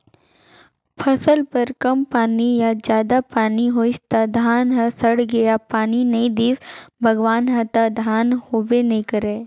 फसल बर कम पानी या जादा पानी होइस त धान ह सड़गे या पानी नइ दिस भगवान ह त धान होबे नइ करय